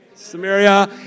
Samaria